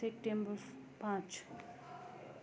September पाँच